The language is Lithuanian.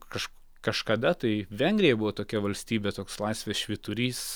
kaž kažkada tai vengrija buvo tokia valstybė toks laisvės švyturys